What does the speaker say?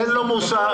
מוסר